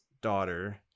daughter